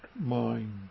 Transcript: mind